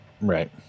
Right